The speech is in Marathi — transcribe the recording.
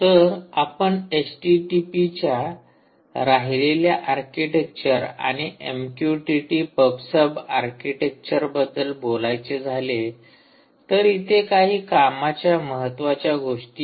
तर आपण एचटीटीपीच्या राहिलेल्या आर्किटेक्चर आणि एमक्यूटीटी पबसब आर्किटेक्चरबद्दल बोलायचे झाले तर इथे काही कामाच्या महत्वाच्या गोष्टी आहेत